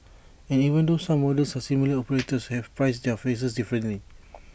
and even though some models are similar operators have priced their fares differently